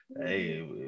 hey